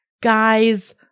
guy's